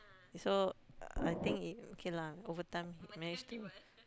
so I think it okay lah overtime manage to